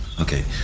Okay